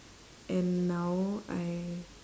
and now I